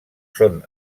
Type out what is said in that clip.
són